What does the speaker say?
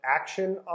action